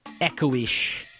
echo-ish